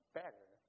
better